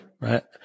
right